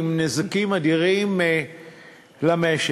עם נזקים אדירים למשק.